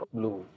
Blue